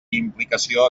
implicació